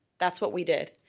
that's what we did.